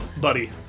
buddy